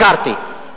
מקארתי.